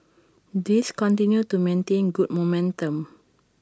these continue to maintain good momentum